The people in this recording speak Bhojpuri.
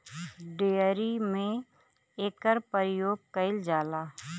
डेयरी में एकर परियोग कईल जाला